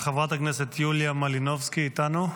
חברת הכנסת יוליה מלינובסקי איתנו?